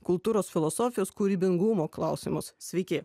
kultūros filosofijos kūrybingumo klausimus sveiki